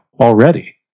already